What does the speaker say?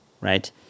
right